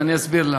ואני אסביר למה.